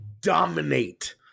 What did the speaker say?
dominate